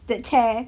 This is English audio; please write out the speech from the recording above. that chair